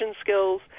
skills